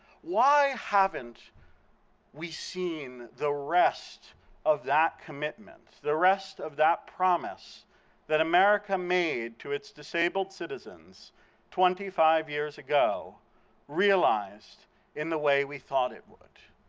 why haven't we seen the rest of that commitment, the rest of that promise that america made to its disabled citizens twenty five years ago realized in the way we thought it would?